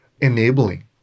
Enabling